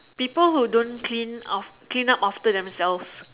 people who don't clean of clean up after themselves